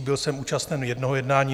Byl jsem účasten jednoho jednání.